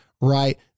right